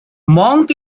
monk